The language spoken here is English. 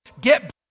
get